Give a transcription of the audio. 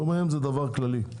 דומיהם זה דבר כללי.